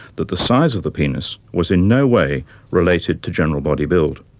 that the size of the penis was in no way related to general body build.